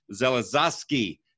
Zelazowski